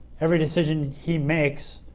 every decision he makes,